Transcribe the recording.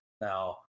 Now